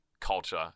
culture